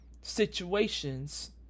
situations